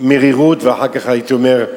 מרירות, ואחר כך, הייתי אומר,